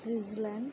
Switzerland